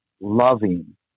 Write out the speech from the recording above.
loving